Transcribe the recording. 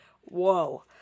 Whoa